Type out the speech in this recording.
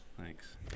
Thanks